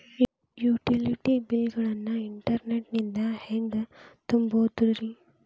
Utility bill ಗಳನ್ನ internet ನಿಂದ ಹೆಂಗ್ ತುಂಬೋದುರಿ?